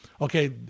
okay